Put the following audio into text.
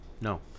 No